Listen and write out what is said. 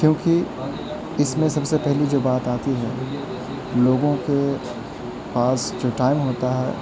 کیوںکہ اس میں سب سے پہلی جو بات آتی ہے لوگوں کے پاس جو ٹائم ہوتا ہے